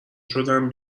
شدم